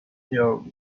your